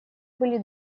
были